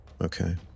Okay